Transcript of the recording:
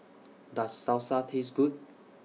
Does Salsa Taste Good